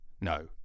no